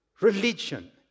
religion